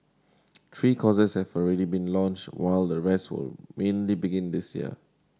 three courses have already been launched while the rest will mainly begin this year